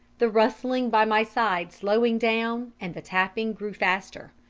the rustling by my side slowing down, and the tapping grew faster.